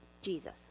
Jesus